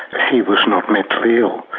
he was not mentally ill,